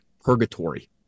purgatory